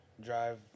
drive